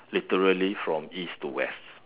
literally from east to west